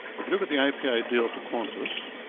if look at the apa deal for qantas,